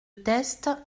teste